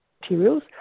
materials